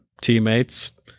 teammates